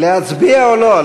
להצביע או לא?